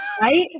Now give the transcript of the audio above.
right